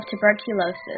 tuberculosis